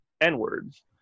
N-Words